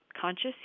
conscious